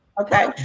Okay